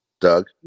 Doug